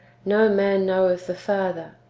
no man knoweth the father,